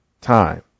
time